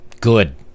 good